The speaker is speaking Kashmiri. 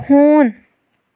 ہوٗن